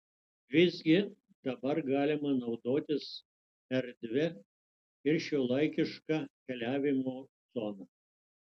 visgi dabar galima naudotis erdvia ir šiuolaikiška keliavimo zona